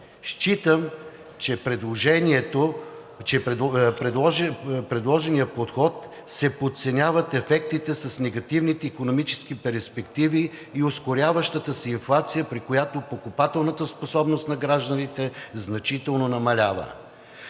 Считам, че с предложения подход се подценяват ефектите с негативните икономически перспективи и ускоряващата се инфлация, при която покупателната способност на гражданите значително намалява.